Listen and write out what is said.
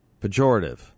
pejorative